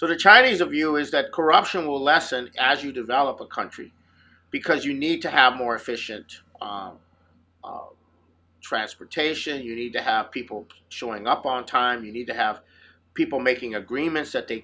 so the chinese a view is that corruption will lessen as you develop the country because you need to have more efficient transportation you need to have people showing up on time you need to have people making agreements that they